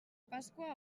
pasqua